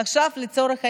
עכשיו לצורך העניין,